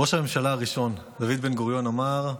ראש הממשלה הראשון דוד בן-גוריון אמר: